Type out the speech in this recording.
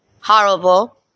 horrible